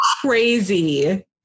crazy